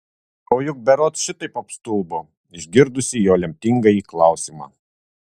o juk berods šitaip apstulbo išgirdusi jo lemtingąjį klausimą